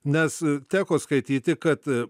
nes teko skaityti kad